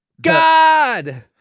God